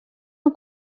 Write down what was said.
amb